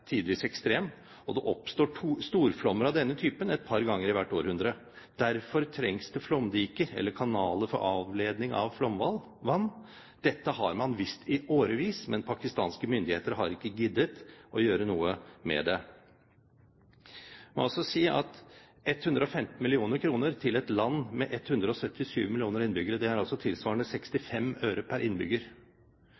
tidvis ekstrem, og det oppstår storflommer av denne typen et par ganger i hvert århundre. Derfor trengs det flomdiker eller kanaler for avledning av flomvann. Dette har man visst i årevis, men pakistanske myndigheter har ikke giddet å gjøre noe med det. Jeg må også si at 115 mill. kr til et land med 177 millioner innbyggere tilsvarer 65 øre per innbygger. En tilsvarende